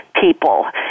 people